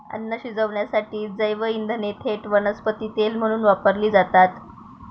अन्न शिजवण्यासाठी जैवइंधने थेट वनस्पती तेल म्हणून वापरली जातात